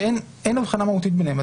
אין הבחנה מהותית ביניהם.